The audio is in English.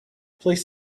please